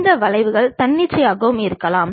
இந்த வளைவுகள் தன்னிச்சையாகவும் இருக்கலாம்